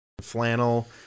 flannel